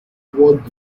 what